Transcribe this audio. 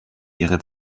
ihre